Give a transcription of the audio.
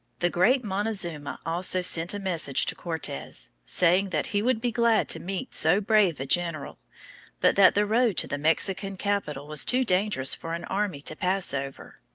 the great montezuma also sent a message to cortes, saying that he would be glad to meet so brave a general, but that the road to the mexican capital was too dangerous for an army to pass over.